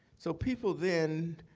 so people then